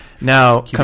Now